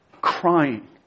crying